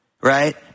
right